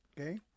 okay